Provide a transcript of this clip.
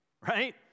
right